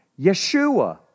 Yeshua